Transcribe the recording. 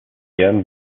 gern